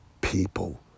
people